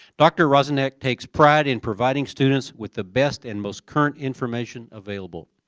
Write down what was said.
dr. rozenek takes pride in providing students with the best and most current information available.